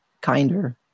kinder